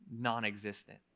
non-existent